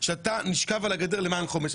שאתה נשכב על הגדר למען חומש,